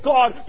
God